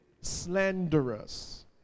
slanderous